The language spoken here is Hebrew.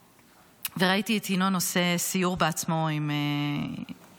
וראיתי את ינון עושה סיור בעצמו עם נציגים.